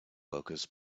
workers